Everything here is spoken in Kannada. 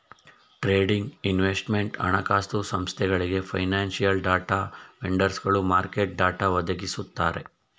ಟ್ರೇಡಿಂಗ್, ಇನ್ವೆಸ್ಟ್ಮೆಂಟ್, ಹಣಕಾಸು ಸಂಸ್ಥೆಗಳಿಗೆ, ಫೈನಾನ್ಸಿಯಲ್ ಡಾಟಾ ವೆಂಡರ್ಸ್ಗಳು ಮಾರ್ಕೆಟ್ ಡಾಟಾ ಒದಗಿಸುತ್ತಾರೆ